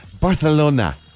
Barcelona